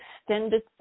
extended